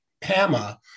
PAMA